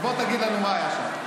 אז בוא תגיד לנו מה היה שם.